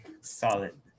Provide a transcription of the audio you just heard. solid